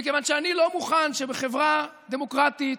מכיוון שאני לא מוכן שבחברה דמוקרטית,